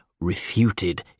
refuted